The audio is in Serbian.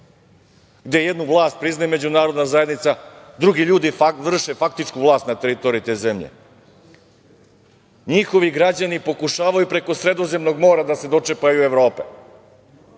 gde jednu vlast priznaje međunarodna zajednica, drugi ljudi vrše faktičku vlast na teritoriji te zemlje. Njihovi građani pokušavaju preko Sredozemnog mora da se dočepaju Evrope.